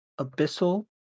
abyssal